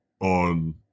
on